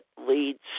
leads